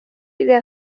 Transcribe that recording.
إذا